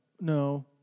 No